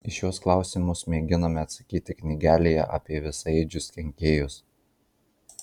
į šiuos klausimus mėginame atsakyti knygelėje apie visaėdžius kenkėjus